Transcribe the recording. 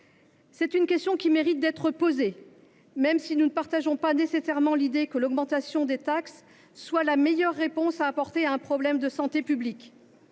sucrés. La question mérite d’être posée, même si nous ne pensons pas nécessairement que l’augmentation des taxes soit la meilleure réponse à apporter à un problème de santé publique.